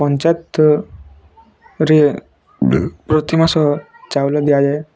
ପଞ୍ଚାୟତରେ ପ୍ରତି ମାସ ଚାଉଲ ଦିଆଯାଏ